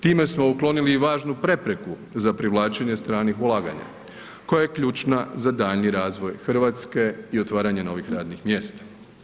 Time smo uklonili i važnu prepreku za privlačenje stranih ulaganja koja je ključna za daljnji razvoj Hrvatske i otvaranje novih radnih mjesta.